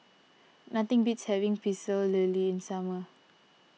nothing beats having Pecel Lele in summer